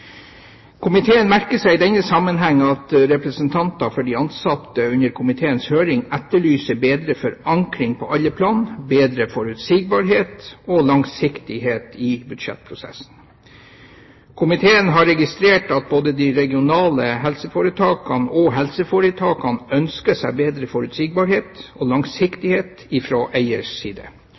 de ansatte under komiteens høring etterlyser bedre forankring på alle plan, bedre forutsigbarhet og langsiktighet i budsjettprosessen. Komiteen har registrert at både de regionale helseforetakene og helseforetakene ønsker seg bedre forutsigbarhet og langsiktighet fra eiers side,